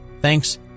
Thanks